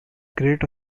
great